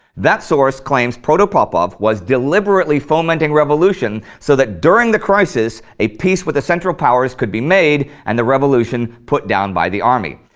that source claims protopopov was deliberately fomenting revolution so that during the crisis a peace with the central powers could be made and the revolution put down by the army.